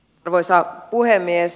arvoisa puhemies